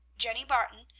jenny barton,